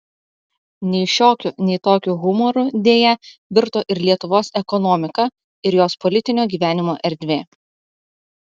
nei šiokiu nei tokiu humoru deja virto ir lietuvos ekonomika ir jos politinio gyvenimo erdvė